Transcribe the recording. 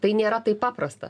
tai nėra taip paprasta